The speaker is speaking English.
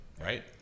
right